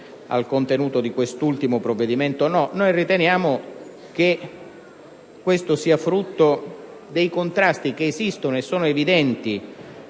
noi riteniamo che questo sia frutto dei contrasti che esistono, che sono evidenti